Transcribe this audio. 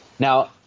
Now